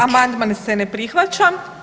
Amandman se ne prihvaća.